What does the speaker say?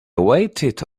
waited